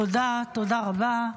תודה, תודה רבה.